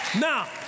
Now